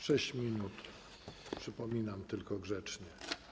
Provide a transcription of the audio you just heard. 6 minut, przypominam tylko grzecznie.